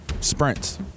sprints